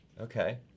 Okay